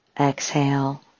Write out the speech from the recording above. exhale